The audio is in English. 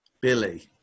Billy